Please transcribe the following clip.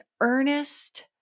earnest